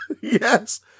Yes